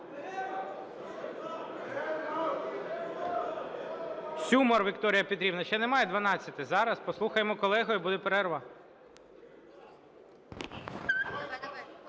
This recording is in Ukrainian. Сюмар Вікторія Петрівна. Ще немає 12-ї, зараз послухаємо колегу, і буде перерва.